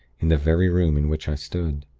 in the very room in which i stood.